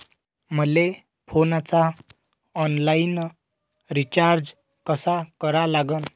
मले फोनचा online recharge कसा करा लागन?